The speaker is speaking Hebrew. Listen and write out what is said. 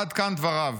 עד כאן דבריו.